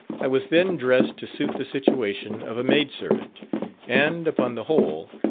i was then dressed to suit the situation of a maid-servant and, upon the whole,